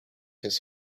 his